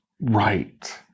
right